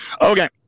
Okay